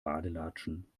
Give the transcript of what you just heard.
badelatschen